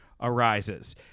arises